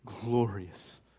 glorious